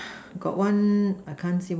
got one I can't see what is it